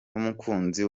n’umukunzi